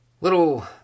little